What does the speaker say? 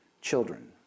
children